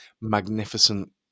magnificent